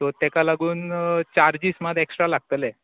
so ताका लागून charges मात ऍक्स्ट्रा लागतले